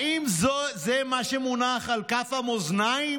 האם זה מה שמונח על כף המאזניים?